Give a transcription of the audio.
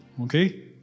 Okay